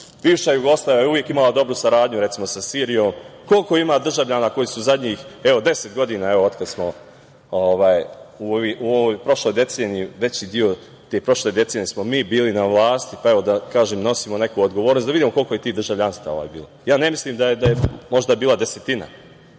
bivša Jugoslavija uvek imala dobru saradnju recimo sa Sirijom, koliko ima državljana koji su zadnjih evo 10 godina od kada smo u ovoj prošloj deceniji veći deo te prošle decenije smo mi bili na vlasti i nosimo neku odgovornost, da vidimo koliko je tih državljanstava bilo? Ja mislim da je bila možda desetina.I